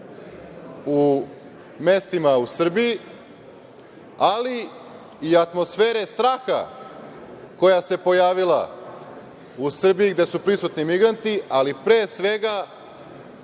u mestima u Srbiji, ali i atmosfere straha koja se pojavila u Srbiji gde su prisutni migranti, ali pre svega